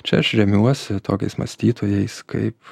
čia aš remiuosi tokiais mąstytojais kaip